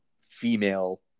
Female